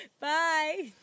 Bye